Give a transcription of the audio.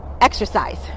exercise